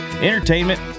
entertainment